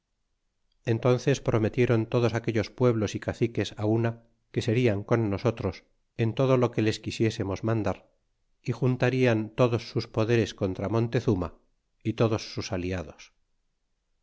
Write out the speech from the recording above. enences prometieron todos aquellos pueblos y caciques una que serian con nosotros en todo lo que les quisiésemos mandar y juntarian todos sus poderes contra montezuma y todos sus aliados